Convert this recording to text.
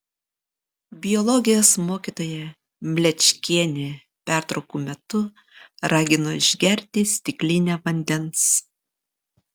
biologijos mokytoja mlečkienė pertraukų metu ragino išgerti stiklinę vandens